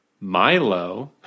Milo